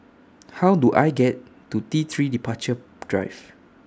How Do I get to T three Departure Drive